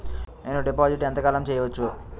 నేను డిపాజిట్ ఎంత కాలం చెయ్యవచ్చు?